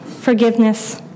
forgiveness